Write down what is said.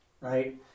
right